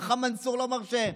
חכם מנסור לא מרשה,